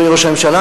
אדוני ראש הממשלה,